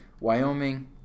Wyoming